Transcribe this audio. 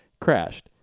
crashed